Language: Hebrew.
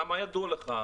מה ידוע לך?